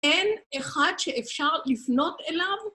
אין אחד שאפשר לפנות אליו?